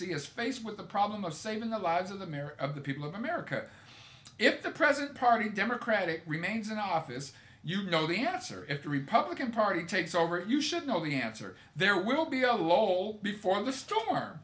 is faced with the problem of saving the lives of the marrow of the people of america if the president party democratic remains in office you know the answer if the republican party takes over you should know the answer there will be a lol before the storm